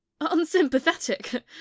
unsympathetic